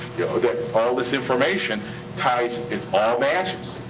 all this information ties, it all matches.